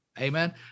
Amen